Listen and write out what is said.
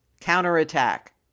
Counterattack